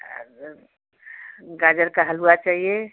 और गाजर का हलवा चाहिए